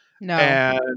no